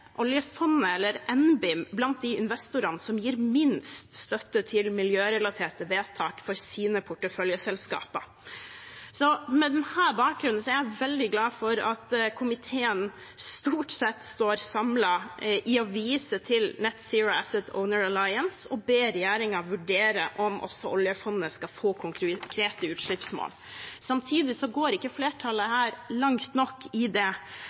oljefondet, eller NBIM, blant de investorene som gir minst støtte til miljørelaterte vedtak for sine porteføljeselskaper. Med denne bakgrunnen er jeg veldig glad for at komiteen stort sett står samlet i å vise til Net Zero Asset Owner Alliance og be regjeringen vurdere om også oljefondet skal få konkrete utslippsmål. Samtidig går ikke flertallet her langt nok i det.